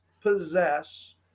possess